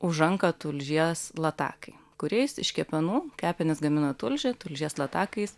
užanka tulžies latakai kuriais iš kepenų kepenys gamina tulžį tulžies latakais